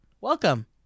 Welcome